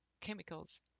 chemicals